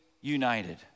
united